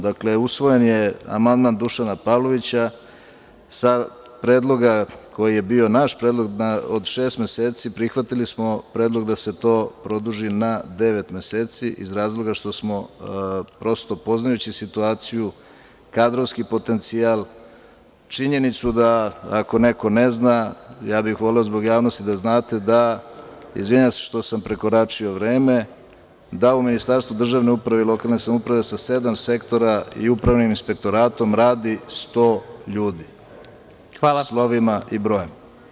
Dakle, usvojen je amandman Dušana Pavlovića, sa predloga koji je bio naš predlog od šest meseci, prihvatili smo predlog da se to produži na devet meseci, iz razloga što smo, prosto poznajući situaciju, kadrovski potencijal, činjenicu da ako neko ne zna, ja bih voleo zbog javnosti da znate, da u Ministarstvu državne uprave i lokalne samouprave sa sedam sektora i upravnim inspektoratom radi 100 ljudi, slovima i brojem.